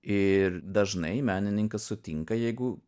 ir dažnai menininkas sutinka jeigu